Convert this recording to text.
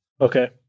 Okay